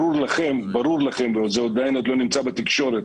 ברור לכם, זה עדיין עוד לא נמצא בתקשורת,